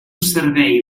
servei